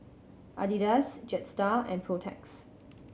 Adidas Jetstar and Protex